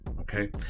okay